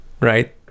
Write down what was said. right